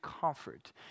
comfort